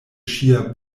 ŝia